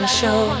show